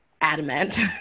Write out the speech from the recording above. adamant